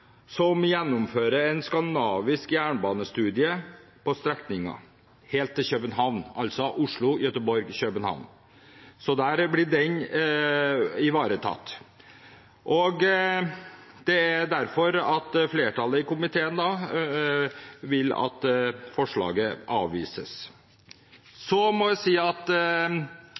som gjennomfører en skandinavisk jernbanestudie for strekningen helt til København, altså Oslo–Göteborg–København, så der blir den ivaretatt. Det er derfor flertallet i komiteen vil at forslaget avvises. Så må jeg si at